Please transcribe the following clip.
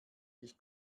ich